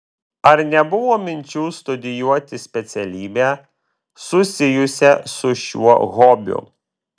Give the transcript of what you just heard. ar nebuvo minčių studijuoti specialybę susijusią su šiuo hobiu